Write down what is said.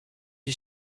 you